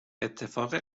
اتفاق